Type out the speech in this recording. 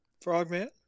Frogman